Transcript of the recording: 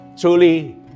Truly